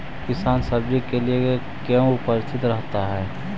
किसान सब्जी के लिए क्यों उपस्थित रहता है?